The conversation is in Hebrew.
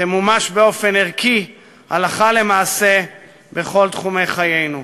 תמומש באופן ערכי, הלכה למעשה, בכל תחומי חיינו.